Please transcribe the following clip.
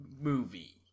movie